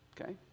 Okay